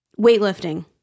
weightlifting